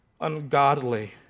ungodly